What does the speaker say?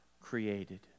created